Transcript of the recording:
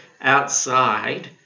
outside